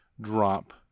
drop